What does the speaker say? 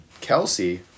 Kelsey